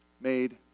made